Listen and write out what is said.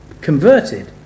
converted